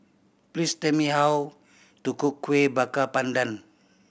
please tell me how to cook Kueh Bakar Pandan